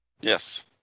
Yes